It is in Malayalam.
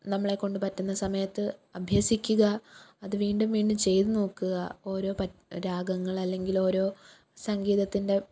നമ്മളെക്കൊണ്ട് പറ്റുന്ന സമയത്ത് അഭ്യസിക്കുക അതു വീണ്ടും വീണ്ടും ചെയ്തു നോക്കുക ഓരോ പ രാഗങ്ങളല്ലെങ്കിലോരൊ സംഗിതത്തിന്റെ